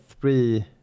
three